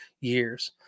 years